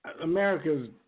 America's